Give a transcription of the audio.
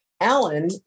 Alan